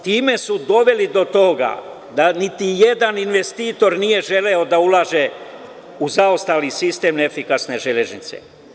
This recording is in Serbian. Time su doveli do toga da niti jedan investitor nije želeo da ulaže u zaostali sistem efikasne železnice.